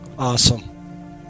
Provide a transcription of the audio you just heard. Awesome